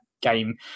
game